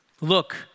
Look